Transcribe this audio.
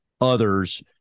others